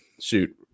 shoot